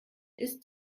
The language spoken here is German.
ist